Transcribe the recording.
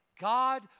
God